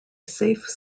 safe